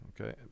Okay